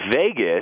Vegas